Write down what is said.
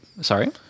Sorry